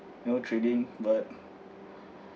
you know trading but